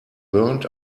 burnt